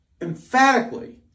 emphatically